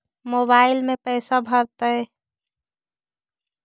Mobile में पैसा भरैतैय?